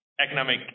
Economic